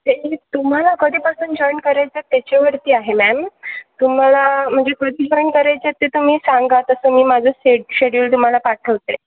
ते तुम्हाला कधीपासून जॉईंट करायचं त्याच्यावरती आहे मॅम तुम्हाला म्हणजे कधी जॉईन करायचं ते तुम्ही सांगा तसं मी माझं से शेड्युल तुम्हाला पाठवते